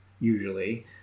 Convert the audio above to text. usually